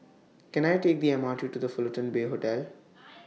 Can I Take The M R T to The Fullerton Bay Hotel